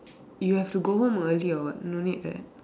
you have to go home early or what no need right